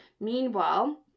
meanwhile